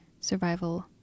survival